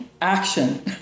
action